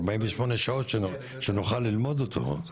לפחות ארבעים ושמונה שעות שנוכל ללמוד אותו.